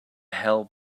hail